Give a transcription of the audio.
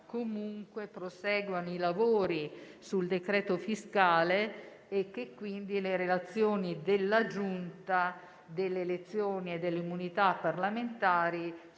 comunque proseguano i lavori sul decreto fiscale e che quindi le relazioni della Giunta delle elezioni e delle immunità parlamentari